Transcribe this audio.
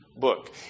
book